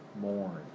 mourn